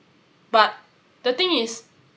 but the thing is